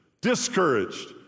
Discouraged